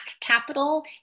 capital